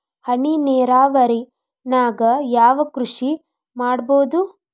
ಹನಿ ನೇರಾವರಿ ನಾಗ್ ಯಾವ್ ಕೃಷಿ ಮಾಡ್ಬೋದು?